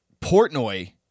Portnoy